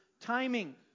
Timing